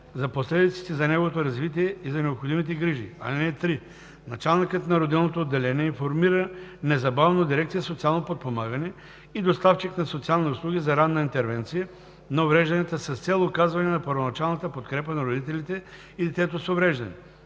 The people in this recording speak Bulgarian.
за последиците за неговото развитие и за необходимите грижи. (3) Началникът на родилното отделение информира незабавно дирекция „Социално подпомагане“ и доставчик на социални услуги за ранна интервенция на уврежданията с цел оказване на първоначалната подкрепа на родителите и детето с увреждане.